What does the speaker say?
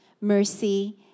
mercy